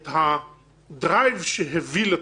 את ה"דרייב" שהביא לתיקון.